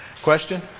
Question